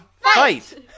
Fight